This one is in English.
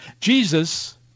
Jesus